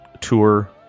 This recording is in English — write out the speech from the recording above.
Tour